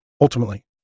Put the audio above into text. Ultimately